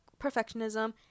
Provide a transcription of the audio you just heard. perfectionism